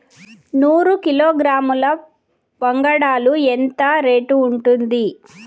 నూరు కిలోగ్రాముల వంగడాలు ఎంత రేటు ఉంటుంది?